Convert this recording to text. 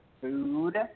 food